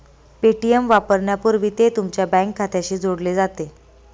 Paytm वापरण्यापूर्वी ते तुमच्या बँक खात्याशी जोडले जाते